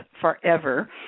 forever